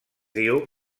diu